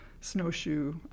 snowshoe